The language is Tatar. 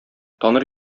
таныр